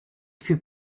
fut